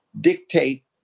dictate